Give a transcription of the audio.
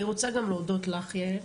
אני רוצה גם להודות לך, יעל,